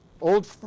old